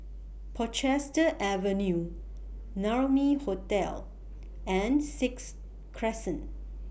Portchester Avenue Naumi Hotel and Sixth Crescent